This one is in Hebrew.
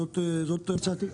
זאת הצעתי.